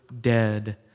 dead